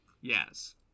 Yes